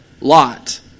Lot